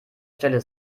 stelle